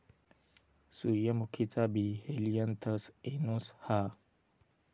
सूर्यमुखीचा बी हेलियनथस एनुस हा